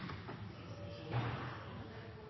statsråd